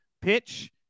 pitch